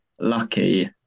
lucky